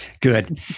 Good